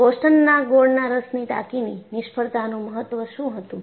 બોસ્ટનના ગોળના રસની ટાંકીની નિષ્ફળતાનું મહત્વ શું હતું